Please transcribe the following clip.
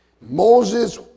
Moses